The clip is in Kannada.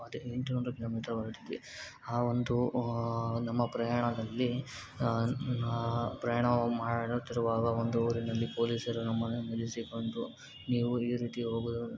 ಎಂಟು ನೂರು ಕಿಲೋಮೀಟರ್ ಹೊರಟಿದೆ ಆ ಒಂದು ನಮ್ಮ ಪ್ರಯಾಣದಲ್ಲಿ ನಾ ಪ್ರಯಾಣವು ಮಾಡುತ್ತಿರುವಾಗ ಒಂದು ಊರಿನಲ್ಲಿ ಪೊಲೀಸರು ನಮ್ಮನ್ನು ನಿಲ್ಲಿಸಿಕೊಂಡರು ನೀವು ಈ ರೀತಿ ಹೋಗುವುದು